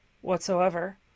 whatsoever